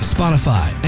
Spotify